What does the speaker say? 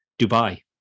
Dubai